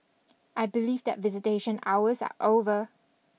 I believe that visitation hours are over